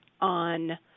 on